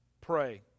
pray